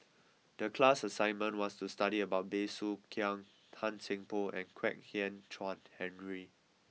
the class assignment was to study about Bey Soo Khiang Tan Seng Poh and Kwek Hian Chuan Henry